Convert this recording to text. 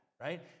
right